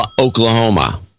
Oklahoma